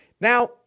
Now